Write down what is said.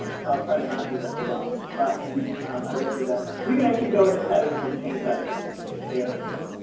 so i'll try to not do that too often, but i will do that. you can actually go into settings and change that if it's spamming you